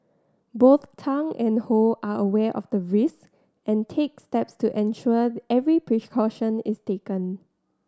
both Tang and Ho are aware of the risk and take steps to ensure the every precaution is taken